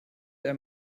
ein